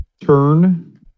turn